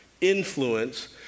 influence